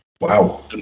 Wow